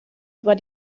war